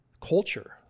Culture